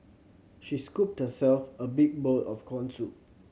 she scooped herself a big bowl of corn soup